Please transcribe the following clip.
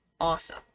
awesome